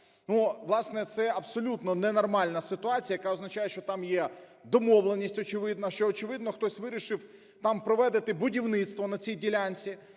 це абсолютно ненормальна ситуація, яка означає, що там є домовленість, очевидно. Що, очевидно, хтось вирішив там проводити будівництво, на цій ділянці.